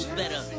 better